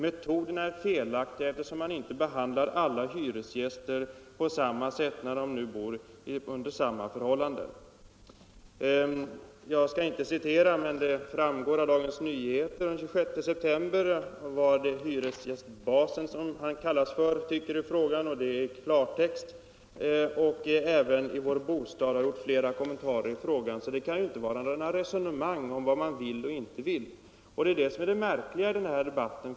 Metoderna är felaktiga, eftersom man inte behandlar alla hyresgäster på samma sätt när de nu bor under samma förhållanden. Jag skall inte citera, men det framgår av Dagens Nyheter den 26 september vad hyresgästbasen, som han kallas, tycker i frågan. Det är klartext. Även Vår Bostad har gjort flera kommentarer i frågan, så det kan inte vara något resonemang om vad man vill och inte vill. Det är det som är märkligt i den här debatten.